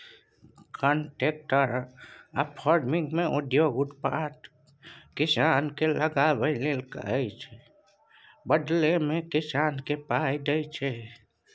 contract फार्मिंगमे उद्योग उत्पाद किसानकेँ लगाबै लेल कहैत छै बदलीमे किसानकेँ पाइ दैत छै